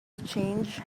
change